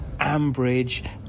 Ambridge